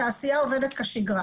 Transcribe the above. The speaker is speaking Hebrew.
התעשייה עובדת כשגרה.